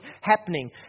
happening